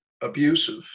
abusive